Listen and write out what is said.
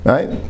Right